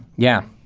yeah.